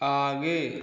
आगे